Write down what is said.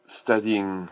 studying